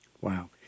Wow